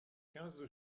quinze